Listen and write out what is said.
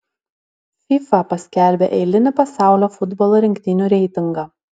fifa paskelbė eilinį pasaulio futbolo rinktinių reitingą